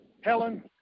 Helen